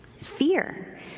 fear